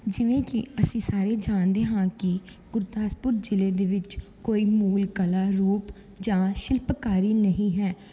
ਜਿਵੇਂ ਕਿ ਅਸੀਂ ਸਾਰੇ ਜਾਣਦੇ ਹਾਂ ਕਿ ਗੁਰਦਾਸਪੁਰ ਜ਼ਿਲ੍ਹੇ ਦੇ ਵਿੱਚ ਕੋਈ ਮੂਲ ਕਲਾ ਰੂਪ ਜਾਂ ਸ਼ਿਲਪਕਾਰੀ ਨਹੀਂ ਹੈ